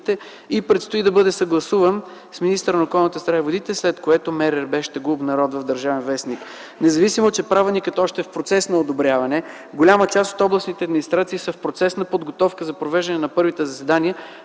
и предстои да бъде съгласуван с министъра на околната среда и водите, след което МРРБ ще го обнародва в „Държавен вестник”. Независимо, че правилникът е още в процес на одобряване, голяма част от областните администрации са в процес на подготовка за провеждане на първите заседания